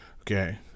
Okay